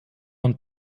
und